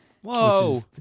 whoa